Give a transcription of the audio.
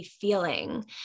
feeling